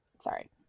Sorry